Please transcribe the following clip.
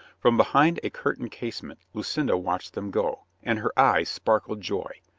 from behind a curtained casement lucinda watched them go, and her eyes sparkled joy.